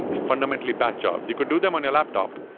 fundamentally, batch jobs. you could do them on a laptop,